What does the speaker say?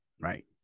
Right